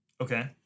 Okay